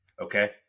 Okay